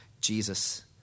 Jesus